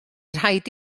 rhaid